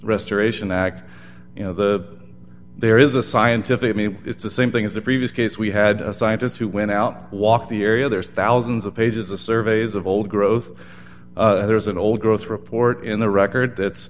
restoration act you know the there is a scientific i mean it's the same thing as the previous case we had a scientist who went out walked the area there's thousands of pages of surveys of old growth there's an old growth report in the record that's